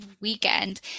weekend